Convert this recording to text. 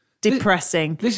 Depressing